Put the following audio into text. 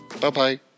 Bye-bye